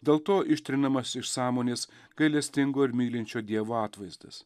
dėl to ištrinamas iš sąmonės gailestingo ir mylinčio dievo atvaizdas